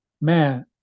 man